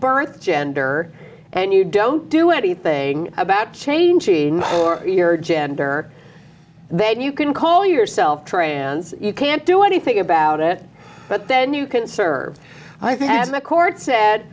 birth gender and you don't do anything about changing your gender then you can call yourself trans you can't do anything about it but then you can serve i think as my court said